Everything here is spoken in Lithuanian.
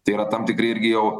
tai yra tam tikri irgi jau